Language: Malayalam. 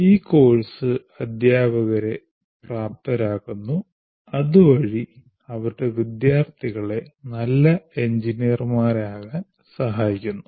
ഈ കോഴ്സ് അധ്യാപകരെ പ്രാപ്തരാക്കുന്നു അതുവഴി അവരുടെ വിദ്യാർത്ഥികളെ നല്ല എഞ്ചിനീയർമാരാകാൻ സഹായിക്കുന്നു